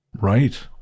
right